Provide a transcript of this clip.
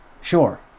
sure